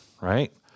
Right